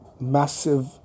massive